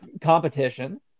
competition